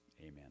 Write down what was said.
Amen